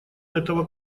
этого